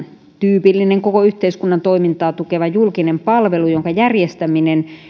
tyypillinen koko yhteiskunnan toimintaa tukeva julkinen palvelu jonka järjestäminen